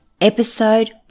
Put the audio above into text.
episode